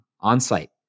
on-site